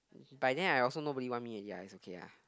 by then I also nobody want me already ah it's okay ah